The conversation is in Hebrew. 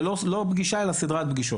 ולא פגישה אלא סדרת פגישות.